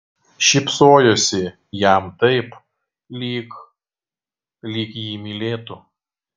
šypsojosi jam taip lyg lyg jį mylėtų